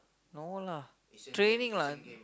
no lah is training lah